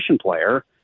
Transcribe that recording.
player